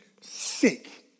sick